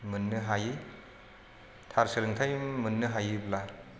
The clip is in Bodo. मोननो हायै थार सोलोंथाय मोननो हायोब्ला